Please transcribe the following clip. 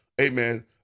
Amen